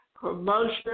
promotion